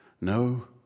No